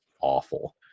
awful